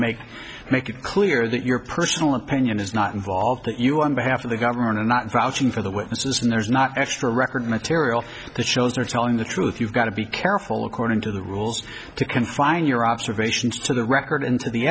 make make it clear that your personal opinion is not involved that you on behalf of the government are not crouching for the witnesses and there's not extra record material the shows are telling the truth you've got to be careful according to the rules to confine your observations to the record and to the